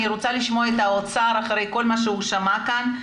אני רוצה לשמוע את האוצר אחרי כל מה שהוא שמע כאן.